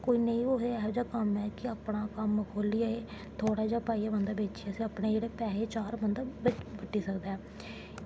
कोई नेईं कुुसै दा एहो जेहा कम्म ऐ कि अपना कम्म खोह्ली जाऽ थोह्ड़ा जा पाइयै उस्सी बेचियै अपने पैसे जेह्ड़े चार बट्टी सकदा ऐ